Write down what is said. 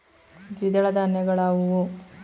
ದ್ವಿದಳ ಧಾನ್ಯಗಳಾವುವು?